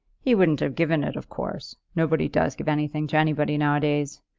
he wouldn't have given it of course. nobody does give anything to anybody now-a-days.